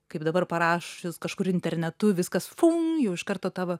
kaip dabar parašius kažkur internetu viskas fun jau iš karto tavo